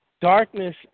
darkness